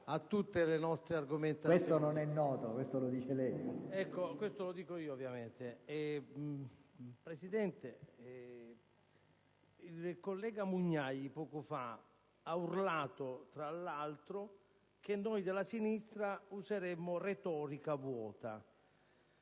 Questo non è noto, senatore, questo lo dice lei. MARITATI *(PD)*. Questo lo dico io, ovviamente. Presidente, il collega Mugnai poco fa ha urlato tra l'altro che noi della sinistra useremmo retorica vuota.